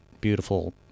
beautiful